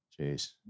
Jeez